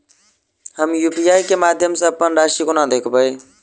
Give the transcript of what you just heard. हम यु.पी.आई केँ माध्यम सँ अप्पन राशि कोना देखबै?